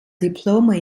diploma